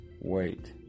Wait